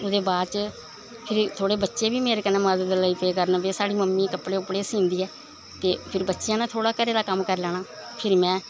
ओह्दे बाद च फिर थोह्ड़े बच्चे बी मेरे कन्नै मदद लेई पे करन साढ़ी मम्मी कपड़े कुपड़े सींदी ऐ ते फिर बच्चेंआ ने घरै दा कम्म करी लैना फिर में